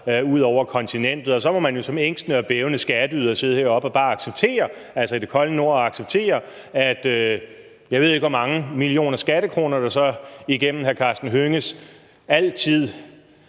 ud over kontinentet, og så må man jo som ængstende og bævende skatteyder sidde heroppe i det kolde Nord og bare acceptere, at jeg ved ikke, hvor mange millioner skattekroner skal kastes ud